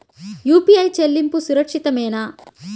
UPI చెల్లింపు సురక్షితమేనా?